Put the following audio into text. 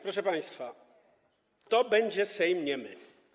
Proszę państwa, to będzie Sejm niemy.